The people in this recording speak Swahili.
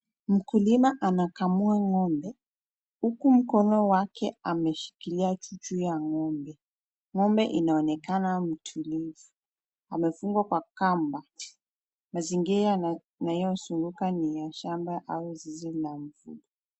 Mkulima anakamua ng'ombe, huku mkono wake ameshikilia chuchu ya ng'ombe.Ng'ombe Inaonekana mtulivu. Amefungwa kwa kamba. Mazingira yanayozunguka ni ya shamba au zizi la mvuto.